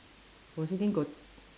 forsee thing got